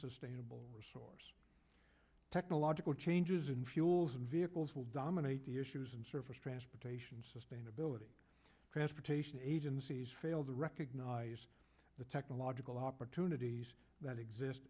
unsustainable resource technological changes in fuel vehicles will dominate the issues and surface transportation sustainability transportation agencies failed to recognize the technological opportunities that exist